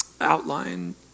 Outline